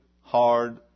hard